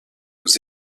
aux